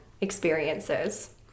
experiences